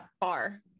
bar